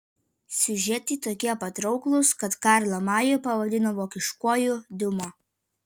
siužetai tokie patrauklūs kad karlą majų pavadino vokiškuoju diuma